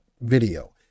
video